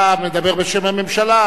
אתה מדבר בשם הממשלה,